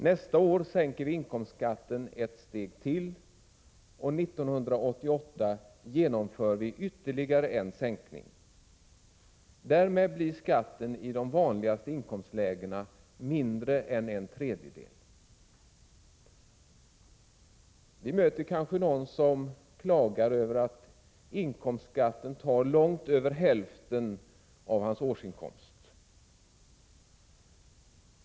Nästa år sänker vi inkomstskatten ett steg till, och 1988 genomför vi ytterligare en sänkning. Därmed blir skatten i de vanligaste inkomstlägena mindre än en tredjedel. Vi möter kanske någon som klagar över att inkomstskatten tar långt över hälften av hans årsinkomst.